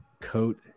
coat